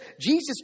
Jesus